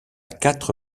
quatre